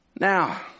Now